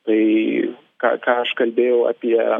tai ką ką aš kalbėjau apie